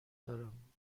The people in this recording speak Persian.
دارم